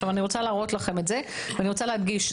אני רוצה להראות לכם את זה ואני רוצה להדגיש,